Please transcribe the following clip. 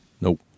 Nope